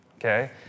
okay